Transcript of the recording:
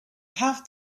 have